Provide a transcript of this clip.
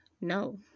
No